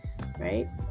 right